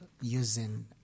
using